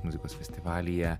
muzikos festivalyje